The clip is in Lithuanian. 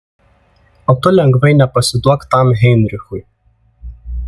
o tu lengvai nepasiduok tam heinrichui